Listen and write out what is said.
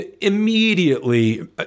Immediately